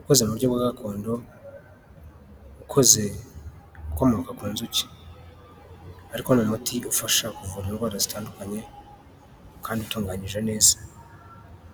ukoze muburyo bwa gakondo, ukoze ,ukomoka ku nzuki ariko ni umuti ufasha kuvura indwara zitandukanye kandi utunganyije neza.